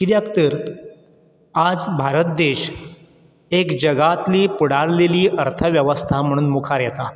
कित्याक तर आज भारत देश एक जगांतली फुडारलेली अर्थ वेवस्था म्हणून मुखार येता